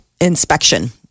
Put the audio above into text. inspection